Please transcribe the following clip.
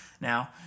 now